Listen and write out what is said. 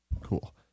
cool